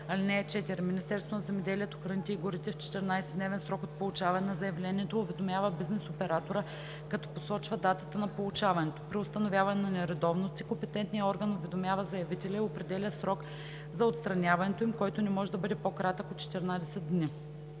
фураж. (4) Министерството на земеделието, храните и горите в 14-дневен срок от получаване на заявлението уведомява бизнес оператора като посочва датата на получаването. При установяване на нередовности компетентният орган уведомява заявителя и определя срок за отстраняването им, който не може да бъде по-кратък от 14 дни.